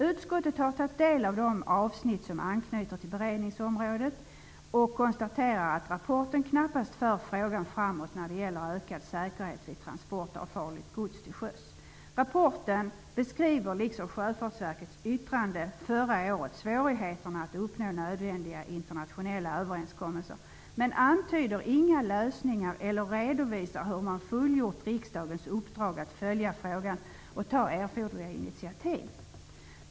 Utskottet har tagit del av de avsnitt som anknyter till beredningsområdet och konstaterar att rapporten knappast för frågan framåt när det gäller ökad säkerhet vid transporter av farligt gods till sjöss. I rapporten, liksom i Sjöfartsverkets yttrande förra året, beskrivs svårigheterna att uppnå nödvändiga internationella överenskommelser, men antyder inte några lösningar och redovisar inte heller hur man fullgjort riksdagens uppdrag att följa frågan och ta erforderliga initiativ.